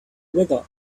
weather